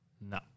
No